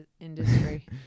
industry